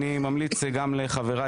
אני ממליץ גם לחברי,